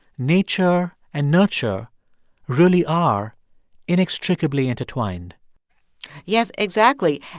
nature and nurture really are inextricably intertwined yes, exactly.